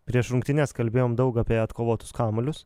prieš rungtynes kalbėjom daug apie atkovotus kamuolius